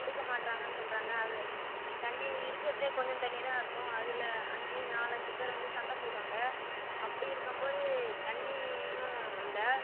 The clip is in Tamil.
கொடுக்க மாட்டுறாங்கன்னு சொல்லுறாங்க அது தண்ணி இருக்கறதே கொஞ்சம் தண்ணி தான் இருக்கும் அதில் அஞ்சு நாலஞ்சு பேர் வந்து சண்டைப் போடுவாங்க அப்படி இருக்கும்போது தண்ணியும் இல்லை